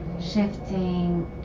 shifting